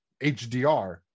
HDR